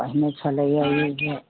पहिने छलैया